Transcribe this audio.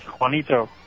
Juanito